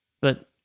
but-